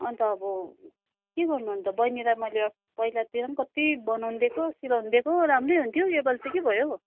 अन्त अब के गर्नु अन्त बैनीलाई मैले अस पहिलातिर पनि कत्ति बनाउनु दिएको सिलाउनु दिएको राम्रै हुन्थ्यो योपालि चाहिँ के भयो हौ